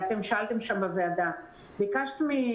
מחגי מויאל.